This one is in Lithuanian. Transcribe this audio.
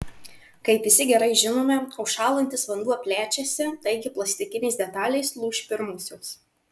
kaip visi gerai žinome užšąlantis vanduo plečiasi taigi plastikinės detalės lūš pirmosios